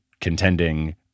contending